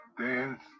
dance